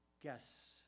guess